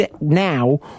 now